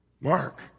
Mark